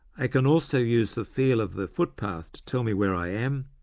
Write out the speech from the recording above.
i can also use the feel of the footpath to tell me where i am,